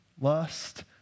lust